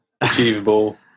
achievable